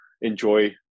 enjoy